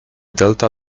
delta